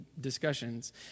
discussions